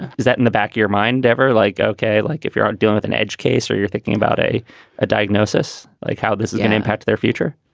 is that in the back of your mind ever like. okay. like, if you're out dealing with an edge case or you're thinking about a ah diagnosis like how this is an impact to their future?